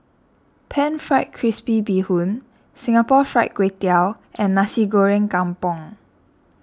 Pan Fried Crispy Bee Hoon Singapore Fried Kway Tiao and Nasi Goreng Kampung